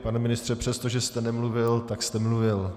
Pane ministře, přestože jste nemluvil, tak jste mluvil.